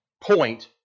point